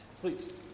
Please